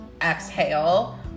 exhale